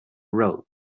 road